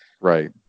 Right